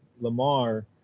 Lamar